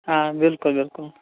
آں بِلکُل بِلکُل